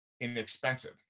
inexpensive